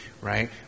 Right